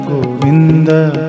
Govinda